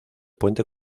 puente